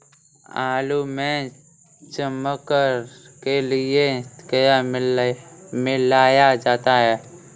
आलू में चमक के लिए क्या मिलाया जाता है?